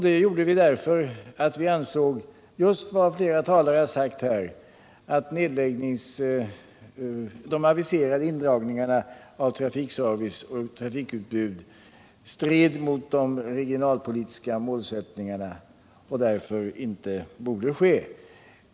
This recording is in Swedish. Det gjorde vi därför att vi ansåg — precis som flera talare gjort här i dag — att de aviserade indragningarna av trafikservice och utbud stred mot de regionalpolitiska målsättningarna och därför inte borde genomföras.